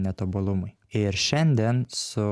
netobulumai ir šiandien su